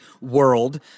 world